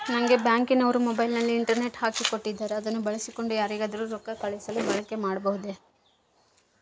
ನಂಗೆ ಬ್ಯಾಂಕಿನವರು ಮೊಬೈಲಿನಲ್ಲಿ ಇಂಟರ್ನೆಟ್ ಹಾಕಿ ಕೊಟ್ಟಿದ್ದಾರೆ ಅದನ್ನು ಬಳಸಿಕೊಂಡು ಯಾರಿಗಾದರೂ ರೊಕ್ಕ ಕಳುಹಿಸಲು ಬಳಕೆ ಮಾಡಬಹುದೇ?